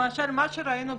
מה שראינו בסרטון,